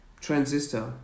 Transistor